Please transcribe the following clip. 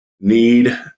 need